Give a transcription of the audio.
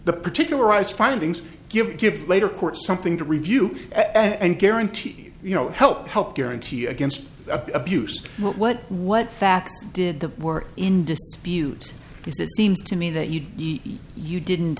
the particularized findings give give later court something to review and guarantee you know help help guarantee against abuse what what what facts did the work in dispute this it seems to me that you eat you didn't